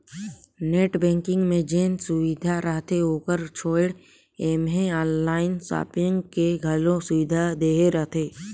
net banking मे जेन सुबिधा रहथे ओकर छोयड़ ऐम्हें आनलाइन सापिंग के घलो सुविधा देहे रहथें